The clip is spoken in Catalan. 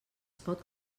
pot